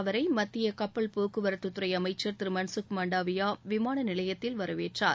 அவரை மத்திய சுப்பல் போக்குவரத்துத்துறை அமைச்ச் திரு மன்கக் மான்டவியா விமான நிலையத்தில் வரவேற்றார்